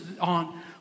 on